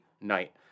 night